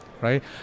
right